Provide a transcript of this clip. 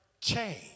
Change